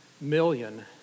million